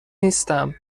نیستم